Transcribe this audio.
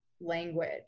language